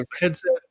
headset